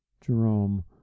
Jerome